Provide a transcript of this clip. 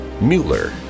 Mueller